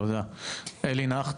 תודה, אלי נכט,